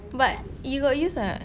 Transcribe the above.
but you got use or not